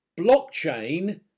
blockchain